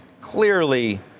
clearly